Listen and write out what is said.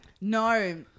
No